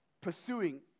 pursuing